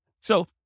So-